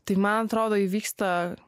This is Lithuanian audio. tai man atrodo įvyksta